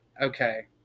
Okay